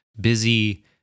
busy